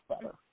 better